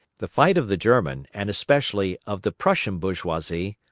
the fight of the german, and especially, of the prussian bourgeoisie,